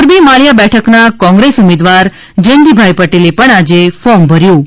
મોરબી માળીયા બેઠક ના કોંગ્રેસ ઉમેદવાર જયંતિભાઈ પટેલે પણ આજે ફોર્મ ભર્યું છે